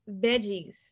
veggies